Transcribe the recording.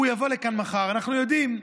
הוא יבוא לכאן מחר, אנחנו יודעים,